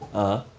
(uh huh)